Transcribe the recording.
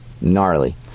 Gnarly